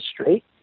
straight